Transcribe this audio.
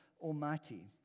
Almighty